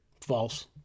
false